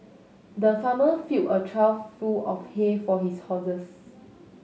the farmer filled a trough full of hay for his horses